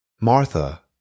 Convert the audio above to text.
Martha